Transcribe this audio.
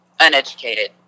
uneducated